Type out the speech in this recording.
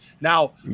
Now